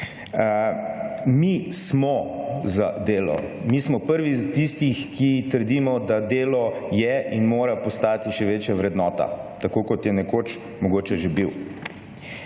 Mi smo za delo, mi smo prvi tistih, ki trdimo, da delo je in mora postati še večja vrednota, tako kot je nekoč mogoče že bil.